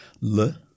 Le